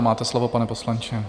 Máte slovo, pane poslanče.